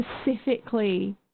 specifically